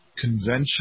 conventional